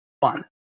fun